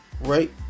Right